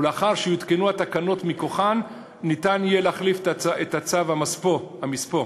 ולאחר שיותקנו התקנות מכוחו ניתן יהיה להחליף את צו המספוא.